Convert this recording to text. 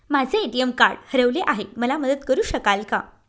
माझे ATM card हरवले आहे, मला मदत करु शकाल का?